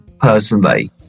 personally